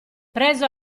preso